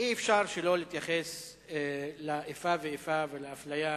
אי-אפשר שלא להתייחס לאיפה ואיפה ולאפליה